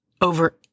over